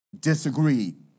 disagreed